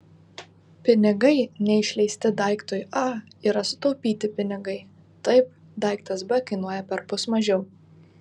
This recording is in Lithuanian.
pinigai neišleisti daiktui a yra sutaupyti pinigai taip daiktas b kainuoja perpus mažiau